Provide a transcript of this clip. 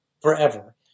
forever